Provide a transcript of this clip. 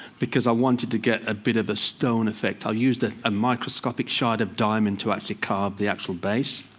because i wanted to get a bit of the stone effect. i used ah a microscopic shard of diamond to actually carve the actual base.